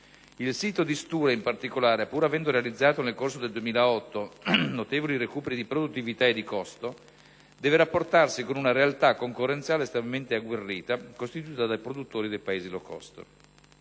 Il sito di Stura, in particolare, pur avendo realizzato nel corso del 2008 notevoli recuperi di produttività e di costo, deve rapportarsi con una realtà concorrenziale estremamente agguerrita costituita da produttori dei Paesi *low cost*.